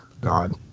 God